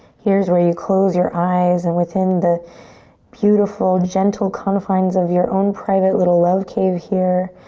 here's where you close your eyes and within the beautiful gentle confines of your own private little love cave here,